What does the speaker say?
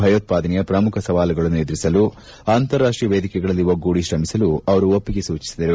ಭಯೋತ್ಪಾದನೆಯ ಪ್ರಮುಖ ಸವಾಲುಗಳನ್ನು ಎದುರಿಸಲು ಅಂತಾರಾಷ್ಷೀಯ ವೇದಿಕೆಗಳಲ್ಲಿ ಒಗ್ಗೂಡಿ ಶ್ರಮಿಸಲು ಅವರು ಒಪ್ಪಿಗೆ ಸೂಚಿಸಿದರು